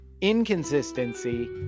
inconsistency